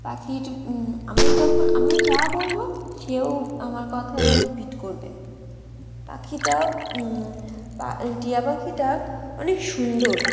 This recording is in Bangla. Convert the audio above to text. পাখি আমি যখন আমি যা বলবো সেও আমার কথা আবার রিপিট করবে পাখিটা টিয়া পাখিটা অনেক সুন্দর